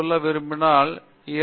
பேராசிரியர் பிரதாப் ஹரிதாஸ் சரி